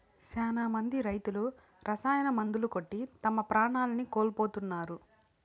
శ్యానా మంది రైతులు రసాయన మందులు కొట్టి తమ ప్రాణాల్ని కోల్పోతున్నారు